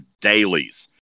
dailies